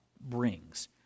brings